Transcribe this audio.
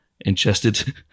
ingested